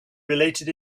related